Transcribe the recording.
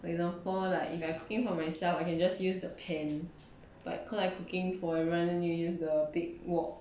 for example like if I am cooking for myself I can just use the pan like cause like I cooking for everyone I use the big wok